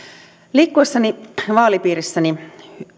liikkuessani vaalipiirissäni